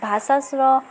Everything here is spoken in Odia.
ଭାଷାସ୍ର